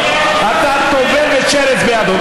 אתה טובל ושרץ בידו.